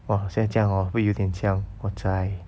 !wah! 现在这样 hor 会有点像我在